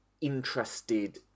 interested